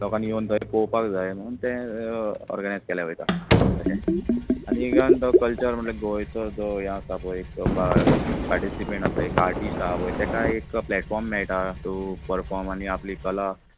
लोकांनी योवन थंय पोवपाक जाय म्हणून तें ऑर्गनायझ केलें वयता तशें आनी इवन जो कल्चर म्हटल्यार गोंयचो जो हें आसा पय एक पा् पार्टिसिपंट आसा एक आर्टिस्ट आसा पय तेकाय एक प्लॅटफॉर्म मेळटा टू परफॉर्म आनी आपली कला